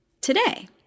today